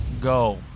go